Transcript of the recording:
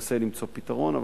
ואנחנו ננסה למצוא פתרון,